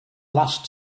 last